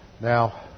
Now